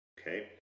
okay